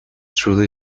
truly